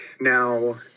Now